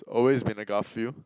always been a Garfield